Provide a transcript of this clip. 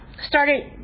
started